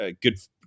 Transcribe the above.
good